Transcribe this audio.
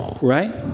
Right